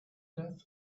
death